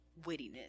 wittiness